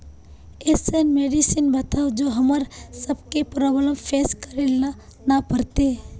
ऐसन मेडिसिन बताओ जो हम्मर सबके प्रॉब्लम फेस करे ला ना पड़ते?